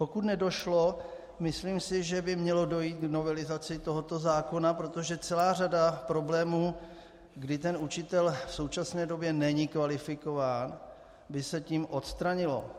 Pokud nedošlo, myslím si, že by mělo dojít k novelizaci tohoto zákona, protože celá řada problémů, kdy učitel v současné době není kvalifikován, by se tím odstranila.